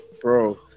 bro